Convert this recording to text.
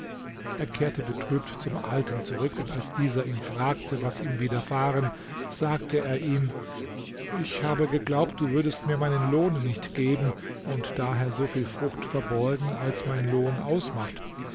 er kehrte betrübt zum alten zurück und als dieser ihn fragte was ihm widerfahren sagte er ihm ich habe geglaubt du würdest mir meinen lohn nicht geben und daher so viel frucht verborgen als mein lohn ausmacht